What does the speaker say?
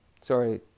sorry